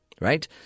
Right